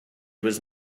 was